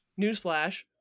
newsflash